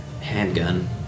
handgun